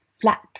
flat